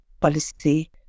policy